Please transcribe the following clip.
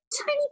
tiny